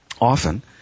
often